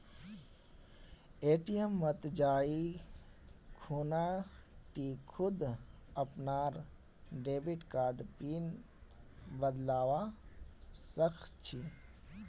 ATM मत जाइ खूना टी खुद अपनार डेबिट कार्डर पिन बदलवा सख छि